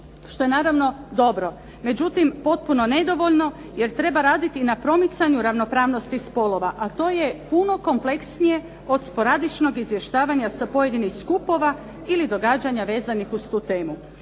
što je naravno dobro. Međutim, potpuno nedovoljno jer treba raditi i na promicanju ravnopravnosti spolova a to je puno kompleksnije od sporadičnog izvještavanja sa pojedinih skupova ili događanja vezanih uz tu temu